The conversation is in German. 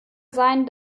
sein